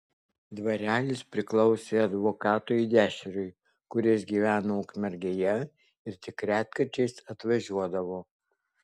dvarelis priklausė advokatui dešriui kuris gyveno ukmergėje ir tik retkarčiais atvažiuodavo